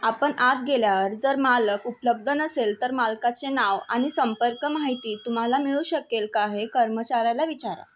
आपण आत गेल्यावर जर मालक उपलब्ध नसेल तर मालकाचे नाव आणि संपर्क माहिती तुम्हाला मिळू शकेल का हे कर्मचाऱ्याला विचारा